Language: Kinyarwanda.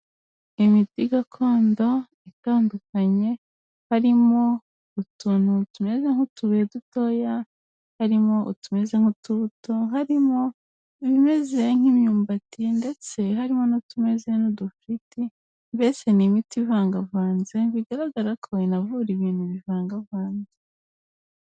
Imiti gakondo itandukanye, harimo utuntu tumeze nk'utubuye dutoya, harimo utumeze nk'utubuto, harimo ibimeze nk'imyumbati ndetse harimo n'utume nk'udufiriti, mbese ni imiti ivangavanze, bigaragara ko inanavura ibintu bivangavanze.